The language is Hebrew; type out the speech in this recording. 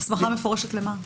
הסמכה מפורשת למה?